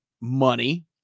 money